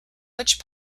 which